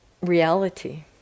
reality